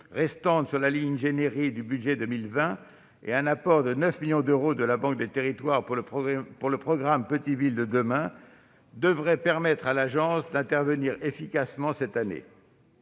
restante sur la ligne « Ingénierie » du budget pour 2020, ainsi que d'un apport de 9 millions d'euros de la Banque des territoires pour le programme « Petites villes de demain ». Elle devrait permettre à l'agence d'intervenir efficacement cette année.